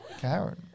Karen